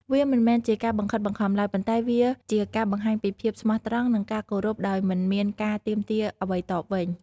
វាមិនមែនជាការបង្ខិតបង្ខំឡើយ ប៉ុន្តែវាជាការបង្ហាញពីភាពស្មោះត្រង់និងការគោរពដោយមិនមានការទាមទារអ្វីតបវិញ។